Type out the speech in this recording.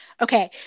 Okay